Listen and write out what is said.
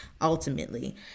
ultimately